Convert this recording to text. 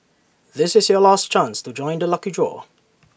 this is your last chance to join the lucky draw